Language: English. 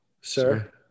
Sir